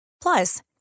Plus